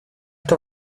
что